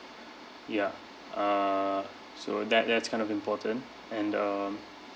ya uh so that that's kind of important and um